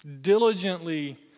diligently